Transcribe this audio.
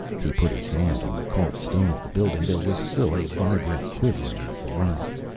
he put his hand on the cold stone of the building. there was still a vibrant quivering of the rock.